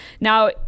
now